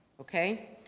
okay